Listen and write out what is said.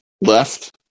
left